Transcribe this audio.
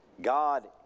God